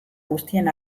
guztien